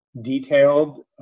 detailed